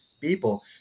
people